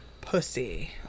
pussy